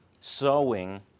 sowing